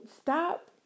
stop